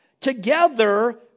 Together